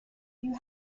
you